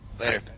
Later